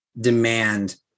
demand